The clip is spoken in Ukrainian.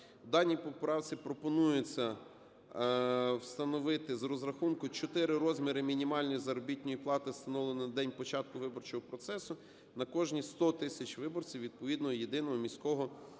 даній поправці пропонується встановити" з розрахунку 4 розміри мінімальної заробітної плати, встановленої на день початку виборчого процесу, на кожні 100 тисяч виборців відповідного єдиного міського